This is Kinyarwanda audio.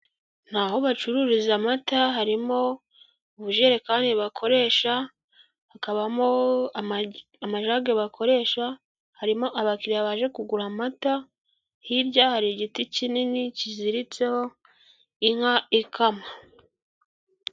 Ni aho bacururiza amata, harimo ubujerekani bakoresha, hakabamo amajaga bakoresha, harimo abakiriya baje kugura amata, hirya hari igiti kinini kiziritseho inka ikamwa.